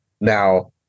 now